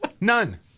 None